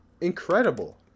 Incredible